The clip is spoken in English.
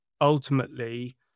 ultimately